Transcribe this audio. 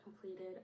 completed